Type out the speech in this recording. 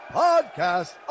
podcast